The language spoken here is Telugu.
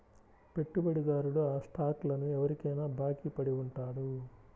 పెట్టుబడిదారుడు ఆ స్టాక్లను ఎవరికైనా బాకీ పడి ఉంటాడు